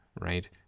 right